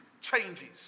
changes